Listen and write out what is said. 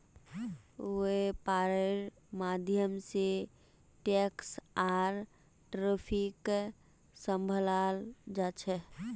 वैपार्र माध्यम से टैक्स आर ट्रैफिकक सम्भलाल जा छे